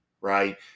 right